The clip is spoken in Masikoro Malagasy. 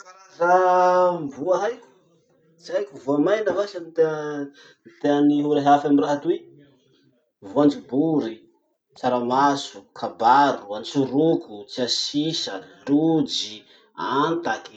Karaza voa haiko, tsy haiko voamaina vasa ny teany ho rehafy amy raha toy: voanjobory, tsaramaso, kabaro, antsoroko, tsiasisa, lojy, antaky.